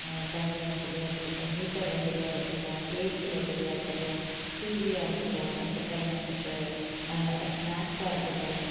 தண்ணி வசதியாக இருக்கட்டும் ஹீட்டர் வசதியாக இருக்கட்டும் ஏசி வசதியாக இருக்கட்டும் டீவியாக இருக்கட்டும் என்டர்டைமண்ட்டுக்கு அண்ட் ஸ்நாக்ஸ்ஸாக இருக்கட்டும்